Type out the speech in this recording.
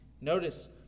notice